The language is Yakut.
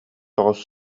соҕус